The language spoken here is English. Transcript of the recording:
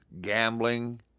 gambling